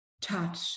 touch